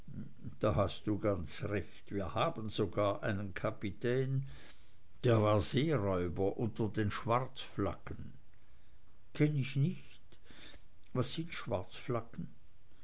da hast du ganz recht wir haben sogar einen kapitän der war seeräuber unter den schwarzflaggen kenn ich nicht was sind